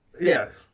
Yes